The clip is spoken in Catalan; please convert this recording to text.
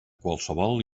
qualsevol